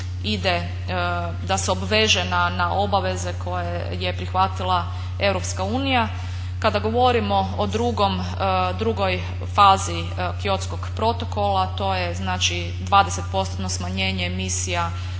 ide, da se obveže na obaveze koje je prihvatila EU. Kada govorimo o drugoj fazi Kyotskog protokola to je znači 20 postotno smanjenje emisija